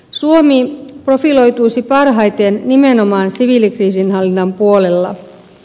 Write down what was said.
suomi profiloituisi parhaiten nimenomaan siviilikriisinhallinnan puolella